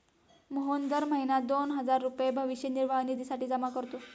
मोहन दर महीना दोन हजार रुपये भविष्य निर्वाह निधीसाठी जमा करतो